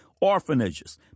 orphanages